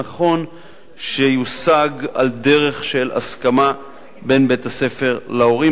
נכון שיושג על דרך של הסכמה בין בית-הספר להורים.